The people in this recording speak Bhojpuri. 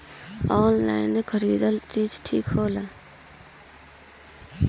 आनलाइन चीज खरीदल ठिक होला?